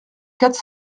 quatre